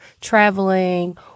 traveling